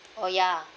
oh ya